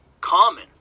common